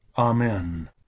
Amen